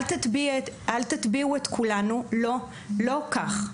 אל תטביעו את כולנו, לא כך.